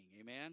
Amen